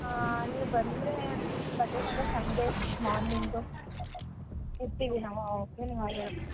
ಹಾಂ ನೀವು ಬಂದರೆ ಬರಬೇಕೆಂದರೆ ಸಂಡೇ ಮಾರ್ನಿಂಗ್ ಇರ್ತೀವಿ ನಾವು ಓಕೆ ನೀವು ಆಗ